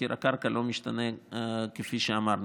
מחיר הקרקע לא משתנה, כפי שאמרנו.